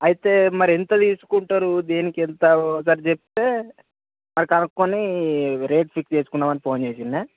అయితే మరి ఎంత తీసుకుంటారు దేనికి అంత ఒకసారి చెప్తే అదే కనుక్కొని రేట్ ఫిక్స్ చేసుకుందామని ఫోన్ చేసిన్నే